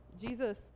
Jesus